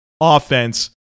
offense